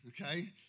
okay